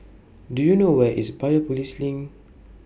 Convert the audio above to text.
Do YOU know Where IS Biopolis LINK